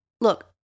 look